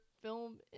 film